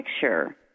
picture